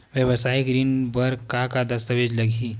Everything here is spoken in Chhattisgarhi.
वेवसायिक ऋण बर का का दस्तावेज लगही?